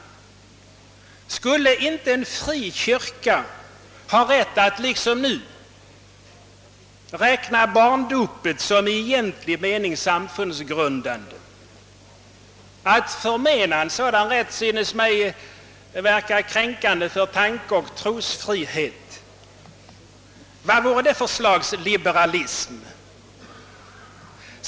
Skulle inte en fri kyrka ha rätt att — som nu är fallet — räkna barndopet som i egentlig mening samfundsgrundande? Det synes mig kränkande för tankeoch trosfrihet att förmena den en sådan rätt. Vad vore det för slags liberalism?